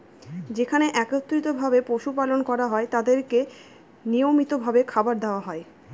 যেখানে একত্রিত ভাবে পশু পালন করা হয় তাদেরকে নিয়মিত ভাবে খাবার দেওয়া হয়